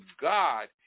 God